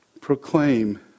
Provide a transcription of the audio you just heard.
proclaim